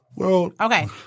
Okay